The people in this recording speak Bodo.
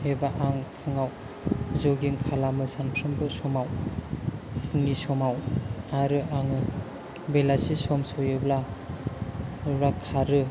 एबा आं फुङाव जगिं खालामो सानफ्रामबो समाव फुंनि समाव आरो आङो बेलासि सम सहैब्ला खारो